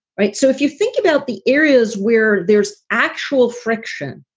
right. so if you think about the areas where there's actual friction,